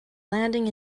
landing